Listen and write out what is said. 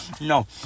No